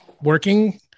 working